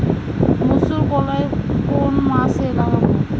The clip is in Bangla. মুসুরকলাই কোন মাসে লাগাব?